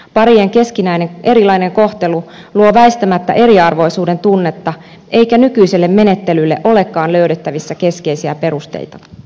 parien erilainen keskinäinen kohtelu luo väistämättä eriarvoisuuden tunnetta eikä nykyiselle menettelylle olekaan löydettävissä keskeisiä perusteita